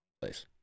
Place